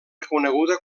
reconeguda